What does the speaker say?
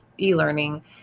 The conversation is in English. e-learning